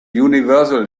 universal